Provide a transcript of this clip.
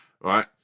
right